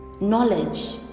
knowledge